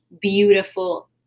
beautiful